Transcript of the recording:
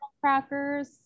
Crackers